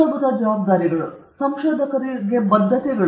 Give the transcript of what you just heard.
ಮೂಲಭೂತ ಜವಾಬ್ದಾರಿಗಳು ಮತ್ತು ಸಂಶೋಧಕರಿಗೆ ಬದ್ಧತೆಗಳು